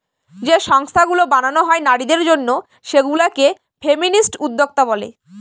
যে সংস্থাগুলো বানানো হয় নারীদের জন্য সেগুলা কে ফেমিনিস্ট উদ্যোক্তা বলে